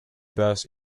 burst